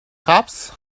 cops